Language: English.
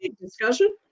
discussion